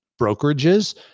brokerages